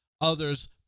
others